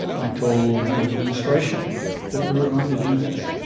i told your administration that we were going to do this.